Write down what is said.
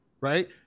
right